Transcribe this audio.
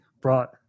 brought